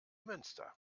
münster